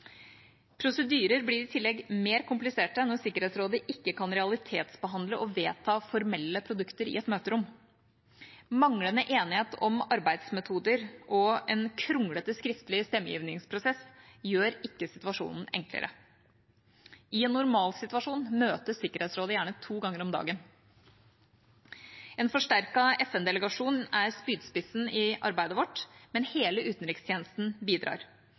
Prosedyrer blir i tillegg mer kompliserte når Sikkerhetsrådet ikke kan realitetsbehandle og vedta formelle produkter i et møterom. Manglende enighet om arbeidsmetoder og en kronglete skriftlig stemmegivningsprosess gjør ikke situasjonen enklere. I en normalsituasjon møtes gjerne Sikkerhetsrådet to ganger om dagen. En forsterket FN-delegasjon er spydspissen i arbeidet vårt, men hele utenrikstjenesten bidrar.